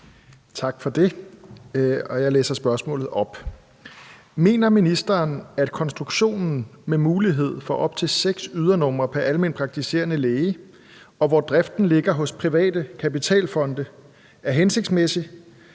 Tak for det. Jeg læser spørgsmålet op: Mener ministeren, at konstruktionen med mulighed for op til seks ydernumre pr. alment praktiserende læge, og hvor driften ligger hos private kapitalfonde, er hensigtsmæssig,